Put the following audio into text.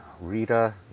Rita